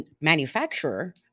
manufacturer